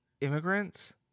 immigrants